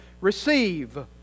Receive